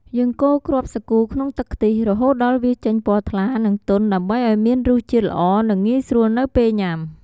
យើងកូរគ្រាប់សាគូក្នុងទឹកខ្ទិះ រហូតដល់វាចេញពណ៌ថ្លា និងទន់ ដើម្បីឱ្យមានរសជាតិល្អ និងងាយស្រួលនៅពេលញុាំ។